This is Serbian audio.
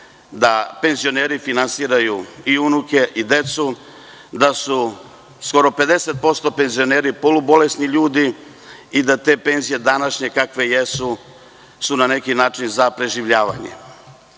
da penzioneri finansiraju i unuke i decu, da su skoro 50% penzioneri polubolesni ljudi i da te penzije današnje, kakve jesu, su na neki način za preživljavanje. Kada